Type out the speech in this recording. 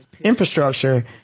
infrastructure